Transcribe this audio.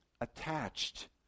attached